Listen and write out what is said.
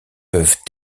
peuvent